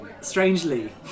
Strangely